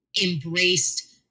embraced